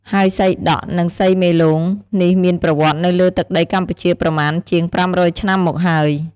ហើយសីដក់ និង សីមេលោងនេះមានប្រវត្តិនៅលើទឹកដីកម្ពុជាប្រមាណជាង ៥០០ឆ្នាំមកហើយ ។